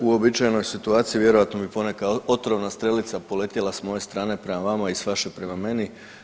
U uobičajenoj situaciji vjerojatno bi poneka otrovna strelica poletjela s moje strane prema vama i s vaše prema meni.